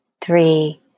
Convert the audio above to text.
three